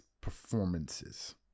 performances